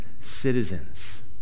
citizens